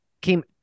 Came